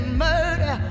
murder